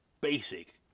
basic